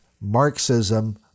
Marxism